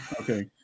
Okay